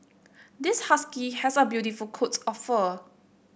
this husky has a beautiful of fur